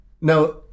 Now